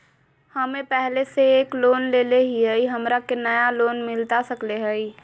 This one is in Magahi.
हमे पहले से एक लोन लेले हियई, हमरा के नया लोन मिलता सकले हई?